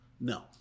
No